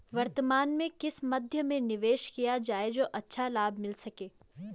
वर्तमान में किस मध्य में निवेश किया जाए जो अच्छा लाभ मिल सके?